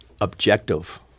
objective